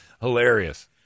Hilarious